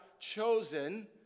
chosen